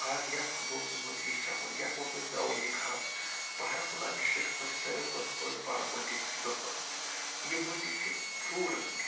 اَز یَتھ دۅہَس منٛز یہِ چَھکو یَتھ موقعس منٛز یہِ ترٛاوَو یہِ کھاد بارَامُلا ڈِسٹرکَس منٛز چِھ سارِوٕے کھۄتہٕ بٔڈ بارٕ مٔنٛڈِی ہنٛدوستانٕچ یہِ مٔنٛڈِی چھِ فرٛوٗٹ مٔنٛڈِی